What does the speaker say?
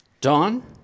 Dawn